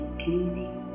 cleaning